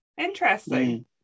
interesting